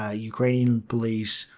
ah ukrainian police.